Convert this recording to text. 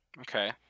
Okay